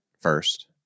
first